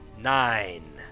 nine